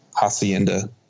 Hacienda